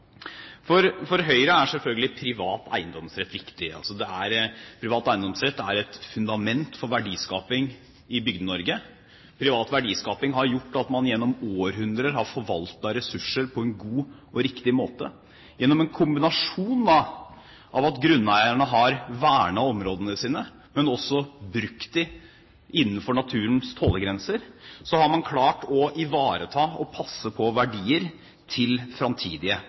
For Høyre er selvfølgelig privat eiendomsrett viktig. Privat eiendomsrett er et fundament for verdiskaping i Bygde-Norge. Privat verdiskaping har gjort at man gjennom århundrer har forvaltet ressurser på en god og riktig måte. Gjennom en kombinasjon av at grunneierne har vernet områdene sine og brukt dem innenfor naturens tålegrenser, har man klart å ivareta og passe på verdier til framtidige